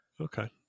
Okay